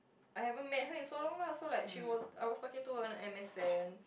I haven't met her in so long lah so like she was I was talking to her on M_S_N